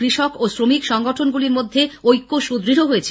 কৃষক ও শ্রমিক সংগঠনগুলির মধ্যে ঐক্য সুদৃঢ় হয়েছে